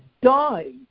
die